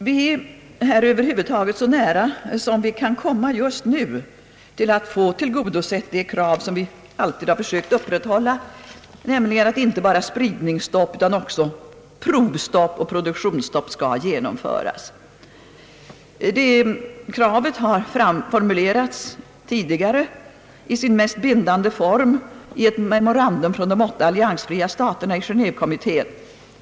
Vi är här över huvud taget så nära som vi kan komma just nu till att få tillgodosett det krav vi alltid sökt upprätthålla, nämligen att inte bara spridningsstopp utan även provstopp och produktionsstopp skall genomföras. Kravet har tidigare på det mest bindan de sättet formulerats i ett memorandum från de åtta alliansfria staterna i Geneévekommittén.